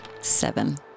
Seven